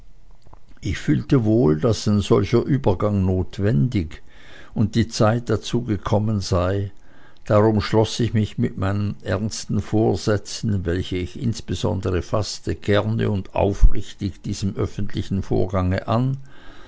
ich fühlte wohl daß ein solcher übergang notwendig und die zeit dazu gekommen sei darum schloß ich mich mit meinen ernsten vorsätzen welche ich insbesondere faßte gern und aufrichtig diesem öffentlichen vorgange an